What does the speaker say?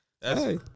Hey